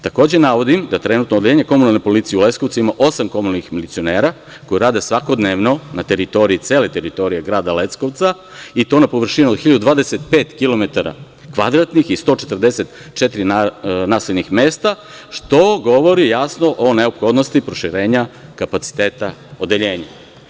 Takođe, navodim da trenutno Odeljenje komunalne policije u Leskovcu ima osam komunalnih milicionera koji rade svakodnevno na celoj teritoriji grada Leskovca i to na površini od 1.025 km2 i 144 naseljenih mesta, što govori jasno o neophodnosti proširenja kapaciteta odeljenja.